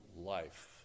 life